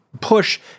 push